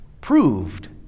proved